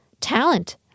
talent